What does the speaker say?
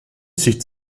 sieht